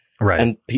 right